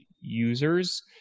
users